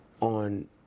on